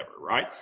right